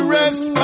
rest